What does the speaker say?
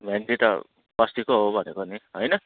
भेन्डी त बस्तीको हो भनेको नि होइन